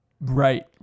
Right